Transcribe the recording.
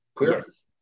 Yes